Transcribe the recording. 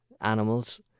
animals